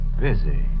busy